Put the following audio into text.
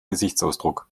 gesichtsausdruck